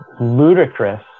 ludicrous